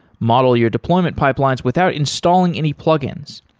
model your deployment pipelines without installing any plugins.